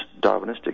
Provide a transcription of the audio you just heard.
Darwinistic